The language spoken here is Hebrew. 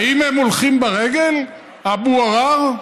האם הם הולכים ברגל, אבו עראר?